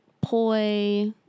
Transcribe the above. poi